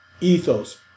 ethos